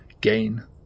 gain